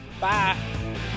Bye